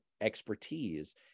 expertise